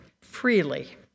freely